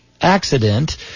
accident